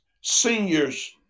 seniors